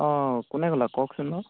অ কোনে ক'লে কওকচোন বাৰু